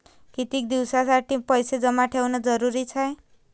कितीक दिसासाठी पैसे जमा ठेवणं जरुरीच हाय?